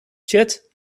chad